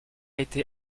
été